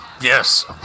Yes